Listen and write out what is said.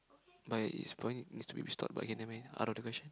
but it's probably needs to be restored but okay nevermind out of the question